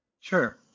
Sure